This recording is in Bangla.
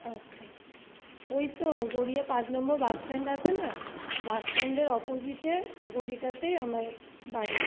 আচ্ছা ওই তো গড়িয়া পাঁচ নম্বর বাস স্ট্যান্ড আছে না বাস স্ট্যান্ডের অপোজিটে গলিটাতেই আমায় বাড়ি